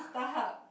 Starhub